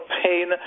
pain